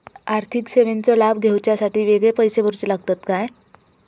आर्थिक सेवेंचो लाभ घेवच्यासाठी वेगळे पैसे भरुचे लागतत काय?